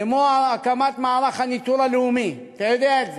כמו הקמת מערך הניטור הלאומי, אתה יודע את זה,